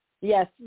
Yes